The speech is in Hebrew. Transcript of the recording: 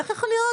איך יכול להיות,